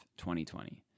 2020